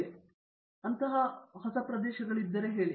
ಆದ್ದರಿಂದ ಆ ಸಂದರ್ಭಗಳಲ್ಲಿ ಯಾವ ರೀತಿಯ ಪ್ರದೇಶಗಳಿವೆ